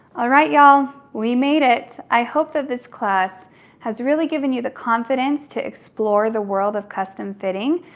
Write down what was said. all right, y'all, we made it. i hope that this class has really given you the confidence to explore the world of custom fitting.